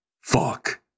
fuck